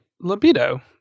libido